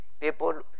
people